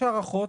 יש הערכות,